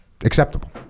acceptable